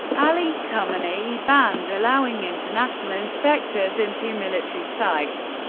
ali khamenei banned allowing international inspectors into military sites.